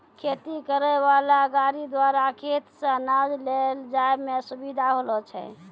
खेती करै वाला गाड़ी द्वारा खेत से अनाज ले जाय मे सुबिधा होलो छै